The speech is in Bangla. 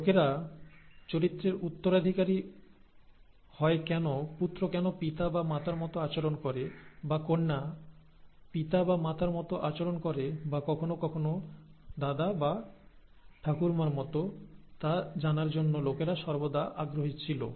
লোকেরা চরিত্রের উত্তরাধিকারী হয় কেন পুত্র কেন পিতা বা মাতার মত আচরণ করে বা কন্যা পিতা বা মাতার মত আচরণ করে বা কখনও কখনও দাদা বা ঠাকুরমার মত তা জানার জন্য লোকেরা সর্বদা আগ্রহী ছিল